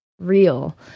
real